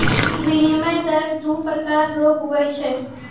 विनिमय दर दू प्रकार रो हुवै छै